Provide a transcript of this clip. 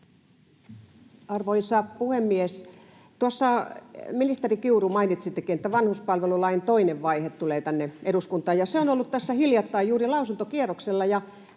Arvoisa puhemies! Ministeri Kiuru, mainitsittekin, että vanhuspalvelulain toinen vaihe tulee tänne eduskuntaan. Se on ollut tässä juuri hiljattain lausuntokierroksella.